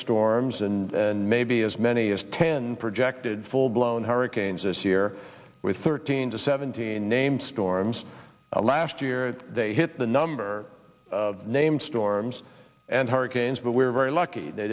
storms and maybe as many as ten projected full blown hurricanes this year with thirteen to seventeen named storms last year they hit the number of named storms and hurricanes but we're very lucky they